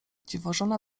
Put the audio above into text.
dziwożona